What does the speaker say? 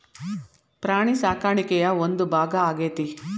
ಪ್ರಾಣಿ ಸಾಕಾಣಿಕೆಯ ಒಂದು ಭಾಗಾ ಆಗೆತಿ